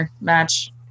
match